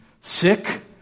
sick